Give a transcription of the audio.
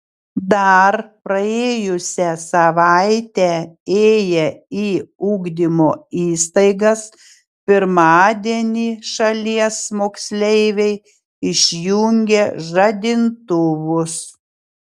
dar praėjusią savaitę ėję į ugdymo įstaigas pirmadienį šalies moksleiviai išjungė žadintuvus